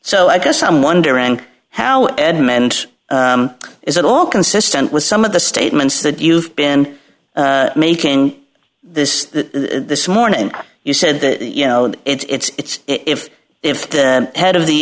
so i guess i'm wondering how edmund is at all consistent with some of the statements that you've been making this this morning you said that you know that it's if if the head of the